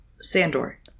sandor